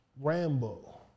Rambo